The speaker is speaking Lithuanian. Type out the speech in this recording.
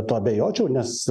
tuo abejočiau nes